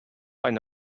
eine